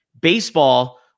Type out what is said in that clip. Baseball